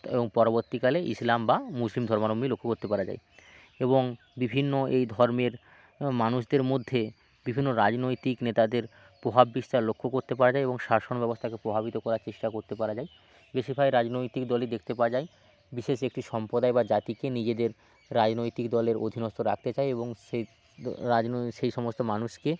এবং পরবর্তী কালে ইসলাম বা মুসলিম ধর্মাবলম্বী লক্ষ্য করতে পারা যায় এবং বিভিন্ন এই ধর্মের মানুষদের মধ্যে বিভিন্ন রাজনৈতিক নেতাদের প্রভাব বিস্তার লক্ষ্য করতে পারা যায় এবং শাসন ব্যবস্থাকে প্রভাবিত করার চেষ্টা করতে পারা যায় বেশিরভাগ রাজনৈতিক দলই দেখতে পাওয়া যায় বিশেষ একটি সম্প্রদায় বা জাতিকে নিজেদের রাজনৈতিক দলের অধীনস্থ রাখতে চায় এবং সে রাজনৈ সেই সমস্ত মানুষকে